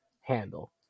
handle